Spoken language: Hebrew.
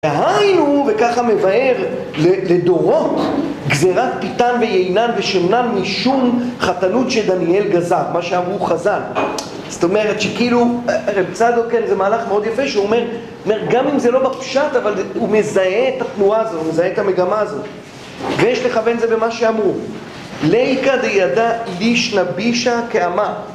והיינו, וככה מבאר לדורות, גזירת פיטן ויינן, ושמנם נישון, חתנות שדניאל גזר, מה שאמרו חז"ל. זאת אומרת שכאילו, הרב צדוק או כן, זה מהלך מאוד יפה, שהוא אומר, גם אם זה לא בפשט, אבל הוא מזהה את התנועה הזו, הוא מזהה את המגמה הזו. ויש לכוון זה במה שאמור.